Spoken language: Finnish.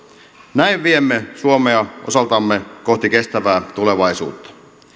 näin viemme suomea osaltamme kohti kestävää tulevaisuutta